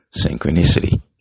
synchronicity